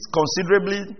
considerably